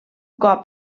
cop